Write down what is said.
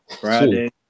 Friday